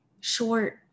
short